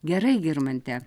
gerai girmante